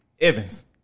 Evans